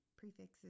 prefixes